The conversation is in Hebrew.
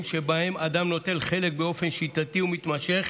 שבהם אדם נוטל חלק באופן שיטתי ומתמשך